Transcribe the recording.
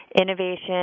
innovation